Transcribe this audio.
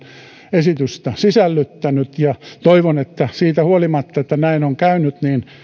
esitystä sisällyttänyt toivon että siitä huolimatta että näin on käynyt